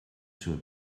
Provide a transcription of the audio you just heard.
zur